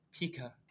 Pika